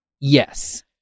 Yes